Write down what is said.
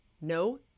No